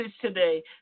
today